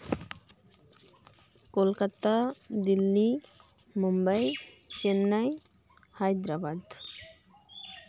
Kolkata Delhi Mumbai Chennai Hyderabad